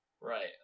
Right